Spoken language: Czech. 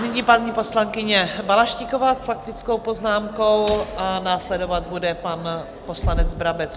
Nyní paní poslankyně Balaštíková s faktickou poznámkou a následovat bude pan poslanec Brabec.